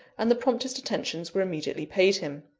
and the promptest attentions were immediately paid him.